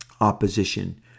opposition